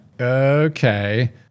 Okay